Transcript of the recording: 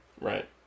Right